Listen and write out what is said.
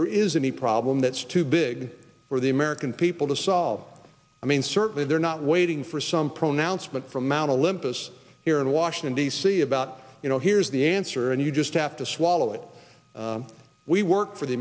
there is any problem that's too big for the american people to solve i mean certainly they're not waiting for some pronoun spoke from mount olympus here in washington d c about you know here's the answer and you just have to swallow it we work for the